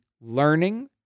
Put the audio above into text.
learning